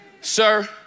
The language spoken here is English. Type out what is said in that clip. Sir